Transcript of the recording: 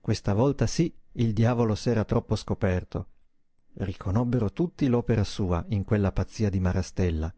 questa volta sí il diavolo s'era troppo scoperto riconobbero tutti l'opera sua in quella pazzia di marastella